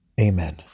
Amen